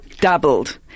doubled